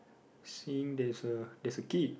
seeing there's a there's a kid